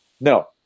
No